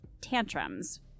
tantrums